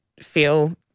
feel